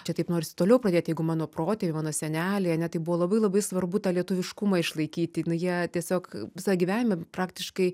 čia taip norisi toliau pradėt jeigu mano protėviai mano seneliai ane tai buvo labai labai svarbu tą lietuviškumą išlaikyti jie tiesiog visą gyvenimą praktiškai